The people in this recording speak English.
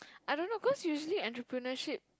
I don't know cause usually entreprenuership